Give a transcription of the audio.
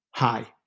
Hi